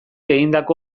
egindako